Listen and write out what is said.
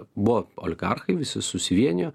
buvo oligarchai visi susivienijo